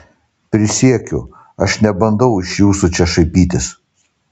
prisiekiu aš nebandau iš jūsų čia šaipytis